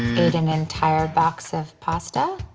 ate an entire box of pasta?